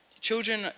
children